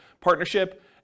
partnership